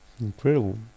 incredible